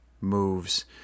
moves